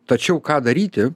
tačiau ką daryti